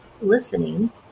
listening